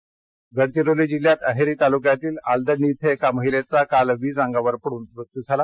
गडचिरोली गडचिरोली जिल्ह्यात अहेरी तालुक्यातील आलदंडी इथं एका महिलेचा काल वीज पडून मृत्यू झाला